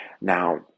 Now